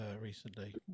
recently